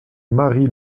marie